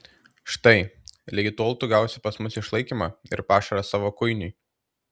štai ligi tol tu gausi pas mus išlaikymą ir pašarą savo kuinui